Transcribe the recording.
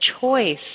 choice –